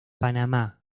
panamá